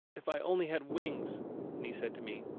if i only had wings and he said to me,